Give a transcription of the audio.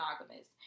monogamous